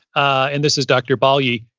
and this is dr. balyi,